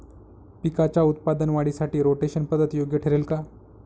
पिकाच्या उत्पादन वाढीसाठी रोटेशन पद्धत योग्य ठरेल का?